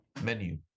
menu